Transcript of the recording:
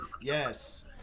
Yes